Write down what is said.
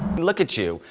look at you,